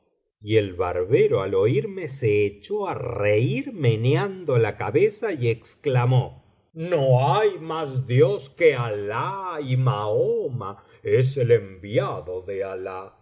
y el barbero al oírme se echó á reir me biblioteca valenciana generalitat valenciana historia del jorobado meando la cabeza y exclamó no hay más dios que alah y mahoma es el enviado de alah